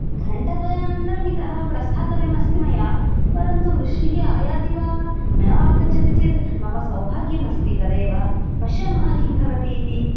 घण्टाद्वयानन्तरम् इतः प्रस्थातव्यम् अस्ति मया परन्तु वृष्टिः आयाति वा न आगच्छति चेत् मम सौभाग्यम् अस्ति तदेव पश्यामः किं भवति इति